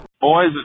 Boys